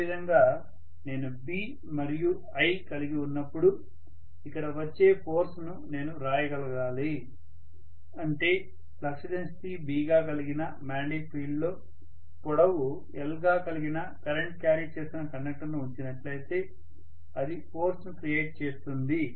అదేవిధంగా నేను B మరియు i కలిగి ఉన్నప్పుడు ఇక్కడ వచ్చే ఫోర్స్ ను నేను వ్రాయగలగాలి అంటే ఫ్లక్స్ డెన్సిటీ Bగా కలిగిన మాగ్నెటిక్ ఫీల్డ్ లో పొడవు l గా కలిగిన కరెంట్ క్యారీ చేస్తున్న కండక్టర్ను ఉంచినట్లయితే అది ఫోర్స్ ను క్రియేట్ చేస్తుంది